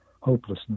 hopelessness